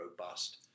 robust